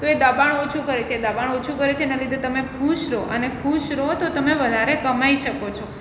તો એ દબાણ ઓછું કરે છે દબાણ ઓછું કરે છે એના લીધે તમે ખુશ રહો અને ખુશ રહો તો તમે વધારે કમાઈ શકો છો